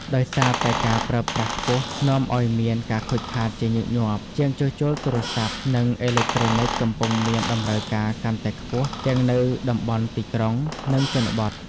ដោយសារតែការប្រើប្រាស់ខ្ពស់ នាំឲ្យមានការខូចខាតជាញឹកញាប់។ ជាងជួសជុលទូរស័ព្ទ និងអេឡិចត្រូនិចកំពុងមានតម្រូវការកាន់តែខ្ពស់ ទាំងនៅតំបន់ទីក្រុង និងជនបទ។